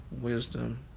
wisdom